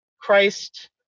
Christ